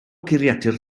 geiriadur